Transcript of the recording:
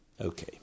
Okay